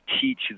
teach